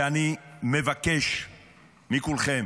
ואני מבקש מכולכם: